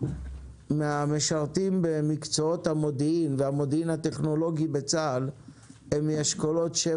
מהמשרתים במקצועות המודיעין והמודיעין הטכנולוגי בצה"ל הם מאשכולות 7,